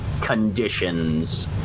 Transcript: conditions